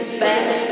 back